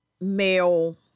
male